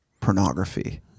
pornography